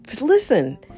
Listen